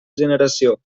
generació